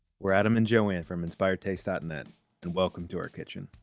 we're adam and joanne from inspiredtaste dot net and welcome to our kitchen.